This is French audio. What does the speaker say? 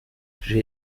j’ai